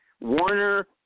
Warner